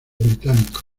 británicos